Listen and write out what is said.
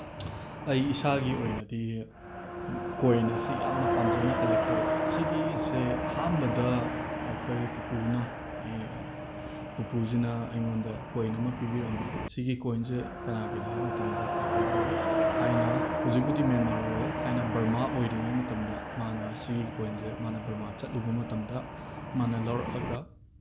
ꯑꯩ ꯏꯁꯥꯒꯤ ꯑꯣꯏꯅꯗꯤ ꯀꯣꯏꯟ ꯑꯁꯤ ꯌꯥꯝꯅ ꯄꯥꯝꯖꯅ ꯀꯂꯦꯛ ꯇꯧꯋꯤ ꯁꯤꯒꯤꯁꯦ ꯑꯍꯥꯟꯕꯗ ꯑꯩꯈꯣꯏ ꯄꯨꯄꯨꯅ ꯑꯩ ꯄꯨꯄꯨꯁꯤꯅ ꯑꯩꯉꯣꯟꯗ ꯀꯣꯏꯟ ꯑꯃ ꯄꯤꯕꯤꯔꯝꯃꯤ ꯁꯤꯒꯤ ꯀꯣꯏꯟꯁꯦ ꯀꯅꯥꯒꯤꯅꯣ ꯍꯥꯏꯕ ꯃꯇꯝꯗ ꯑꯩꯈꯣꯏꯒꯤ ꯊꯥꯏꯅꯥ ꯍꯧꯖꯤꯛꯄꯨꯗꯤ ꯃꯦꯟꯃꯥꯔ ꯑꯣꯏꯔꯦ ꯊꯥꯏꯅ ꯕꯔꯃꯥ ꯑꯣꯏꯔꯤꯉꯒꯤ ꯃꯇꯝꯗ ꯃꯥꯅ ꯁꯤꯒꯤ ꯀꯣꯏꯟꯁꯦ ꯃꯥꯅ ꯕꯔꯃꯥ ꯆꯠꯂꯨꯕ ꯃꯇꯝꯗ ꯃꯥꯅ ꯂꯧꯔꯛꯑꯒ